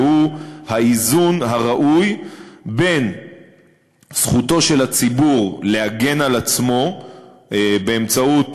והוא האיזון הראוי בין זכותו של הציבור להגן על עצמו באמצעות